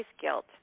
guilt